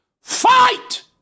fight